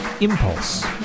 Impulse